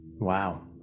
Wow